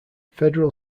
federal